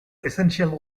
essential